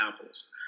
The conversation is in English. apples